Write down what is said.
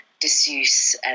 disuse